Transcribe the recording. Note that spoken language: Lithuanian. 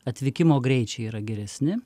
atvykimo greičiai yra geresni